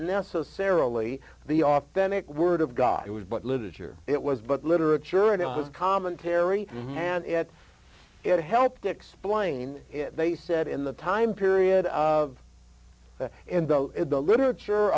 necessarily the authentic word of god it was but literature it was but literature and it was commentary and it helped explain they said in the time period of the literature